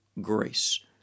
grace